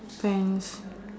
pants